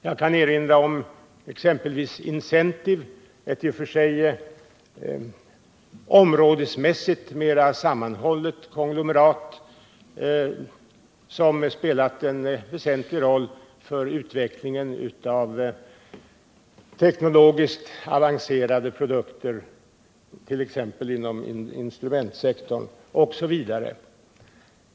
Jag kan också erinra om Incentive, ett i och för sig områdesmässigt mera sammanhållet konglomerat, som spelat en väsentlig roll för utvecklingen av teknologiskt avancerade produkter inom t.ex. instrumentsektorn, osv.